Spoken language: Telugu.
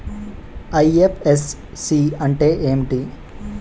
ఐ.ఎఫ్.ఎస్.సి అంటే ఏమిటి?